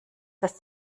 dass